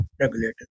regulated